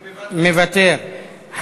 מוותר.